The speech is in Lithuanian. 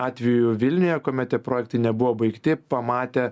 atvejų vilniuje kuomet tie projektai nebuvo baigti pamatę